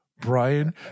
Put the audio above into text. Brian